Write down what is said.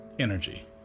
energy